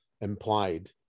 implied